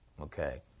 Okay